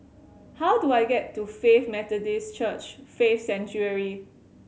how do I get to Faith Methodist Church Faith Sanctuary